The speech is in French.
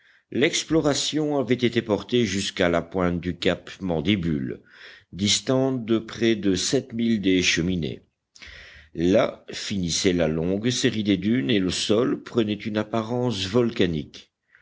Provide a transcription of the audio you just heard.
l'exploration avait été portée jusqu'à la pointe du cap mandibule distante de près de sept milles des cheminées là finissait la longue série des dunes et le sol prenait une apparence volcanique